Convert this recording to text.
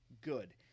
good